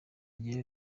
gihe